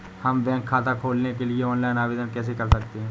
हम बैंक खाता खोलने के लिए ऑनलाइन आवेदन कैसे कर सकते हैं?